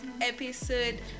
episode